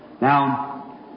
Now